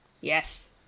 Yes